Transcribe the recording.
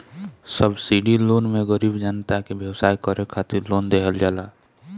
subsidy loan मे गरीब जनता के व्यवसाय करे खातिर लोन देहल जाला